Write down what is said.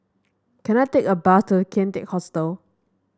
can I take a bus to Kian Teck Hostel